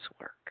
work